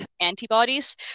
antibodies